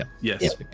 Yes